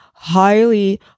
Highly